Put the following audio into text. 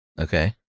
Okay